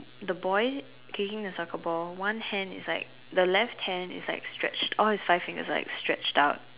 the boy kicking the soccer ball one hand is like the left hand is like stretched all his five fingers are like stretched out